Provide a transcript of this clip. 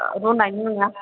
रुनायनि नङा